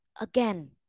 Again